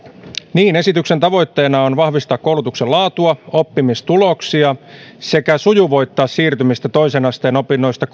niin esityksen tavoitteena on vahvistaa koulutuksen laatua oppimistuloksia sekä sujuvoittaa siirtymistä toisen asteen opinnoista